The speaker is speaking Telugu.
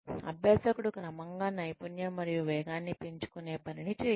అభ్యాసకుడు క్రమంగా నైపుణ్యం మరియు వేగాన్ని పెంచుకునే పనిని చేయండి